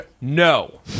No